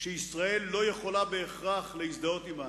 שישראל לא יכולה בהכרח להזדהות עמן.